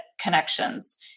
connections